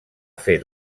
fet